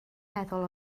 meddwl